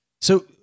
So-